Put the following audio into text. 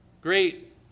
Great